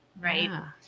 Right